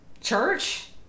church